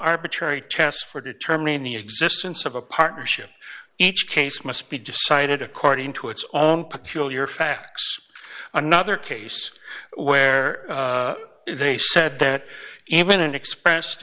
arbitrary test for determining the existence of a partnership each case must be decided according to its own peculiar facts another case where they said that even an expressed